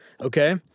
Okay